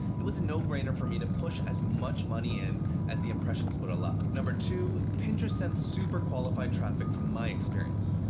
it was a no-brainer for me to push as much money in as the impressions would allow. two. pinterest sends super qualified traffic from my experience.